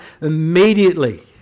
immediately